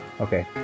Okay